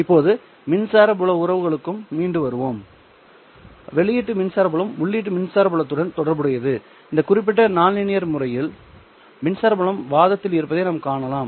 இப்போது மின்சார புல உறவுகளுக்கு மீண்டும் வருவோம்வெளியீட்டு மின்சார புலம் உள்ளீட்டு மின்சார புலத்துடன் தொடர்புடையதுஇந்த குறிப்பிட்ட நான்லீனியர் முறையில் மின்சார புலம் வாதத்தில் இருப்பதை நாம் காணலாம்